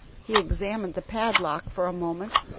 he examined the padlock for a moment,